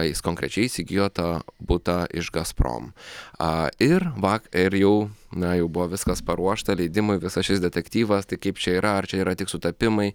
jis konkrečiai įsigijo tą butą iš gazprom a ir va ir jau na jau buvo viskas paruošta leidimui visas šis detektyvas tai kaip čia yra ar čia yra tik sutapimai